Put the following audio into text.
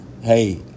hey